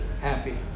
happy